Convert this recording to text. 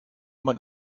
man